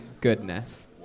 goodness